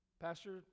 Pastor